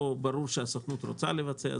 פה ברור שהסוכנות רוצה לבצע,